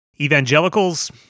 Evangelicals